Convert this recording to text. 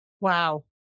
Wow